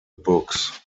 books